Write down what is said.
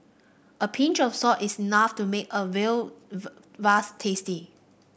a pinch of salt is enough to make a veal tasty